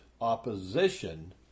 opposition